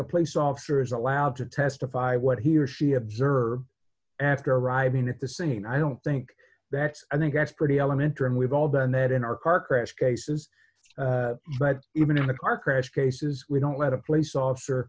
a police officer is allowed to testify what he or she observed after arriving at the scene i don't think that's i think that's pretty elementary and we've all done that in our car crash cases but even in a car crash cases we don't let a police officer